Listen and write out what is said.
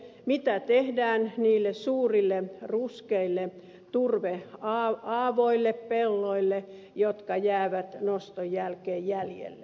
mitä tehdään niille suurille ruskeille aavoille turvepelloille jotka jäävät noston jälkeen jäljelle